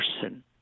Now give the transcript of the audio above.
person